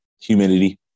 humidity